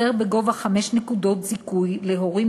החזר בגובה חמש נקודות זיכוי להורים